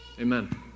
Amen